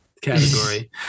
category